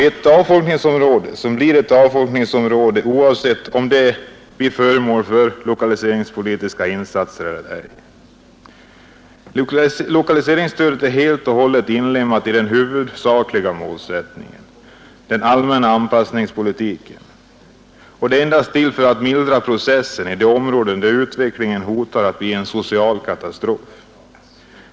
Ett avfolkningsområde skall bli ett avfolkningsområde oavsett om det blir föremål för lokaliseringspolitiska insatser eller ej. Lokaliseringsstödet är helt och hållet inlemmat i den huvudsakliga målsättningen, dvs. i den allmänna anpassningspolitiken. Det är endast till för att mildra processen i de områden där utvecklingen hotar att bli socialt katastrofal.